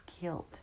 killed